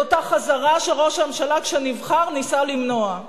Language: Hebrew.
את אותה חזרה שראש הממשלה, כשנבחר, ניסה למנוע,